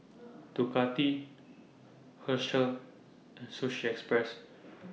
Ducati Herschel and Sushi Express